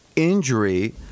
injury